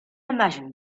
imagine